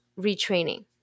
retraining